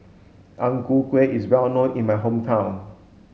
Ang Ku Kueh is well known in my hometown